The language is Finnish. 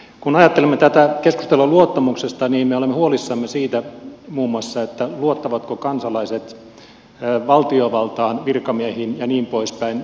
kun ajattelemme tätä keskustelua luottamuksesta niin me olemme huolissamme muun muassa siitä luottavatko kansalaiset valtiovaltaan virkamiehiin ja niin poispäin